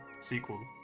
sequel